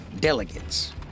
delegates